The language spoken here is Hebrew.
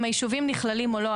אם היישובים נכללים או לא,